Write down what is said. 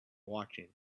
watching